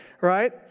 right